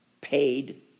paid